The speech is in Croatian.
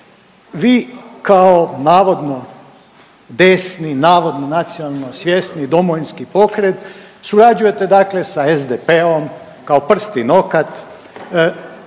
Vi kao navodno desni, navodno nacionalno svjesni Domovinski pokret, surađujete dakle sa SDP-om, kao prst i nokat,